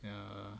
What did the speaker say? ya